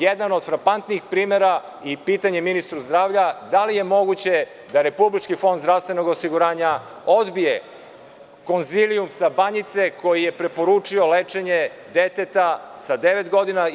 Jedan od frapantnih primera, i pitanje ministru zdravlja je da li je moguće da Republički fond zdravstvenog osiguranja odbije Konzilijum sa Banjice koji je preporučio lečenje deteta od devet godina?